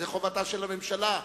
זו חובתה של הממשלה.